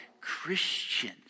Christians